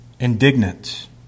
Indignant